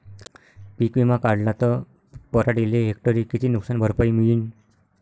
पीक विमा काढला त पराटीले हेक्टरी किती नुकसान भरपाई मिळीनं?